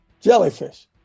Jellyfish